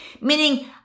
Meaning